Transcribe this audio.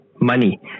Money